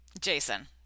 Jason